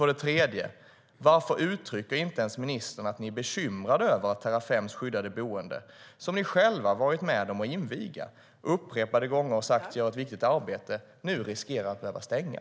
För det tredje: Varför uttrycker inte ens ministern att ni är bekymrade över att Terrafems skyddade boende, som ni själva varit med om att inviga och upprepade gånger sagt gör ett viktigt arbete, nu riskerar att behöva stänga?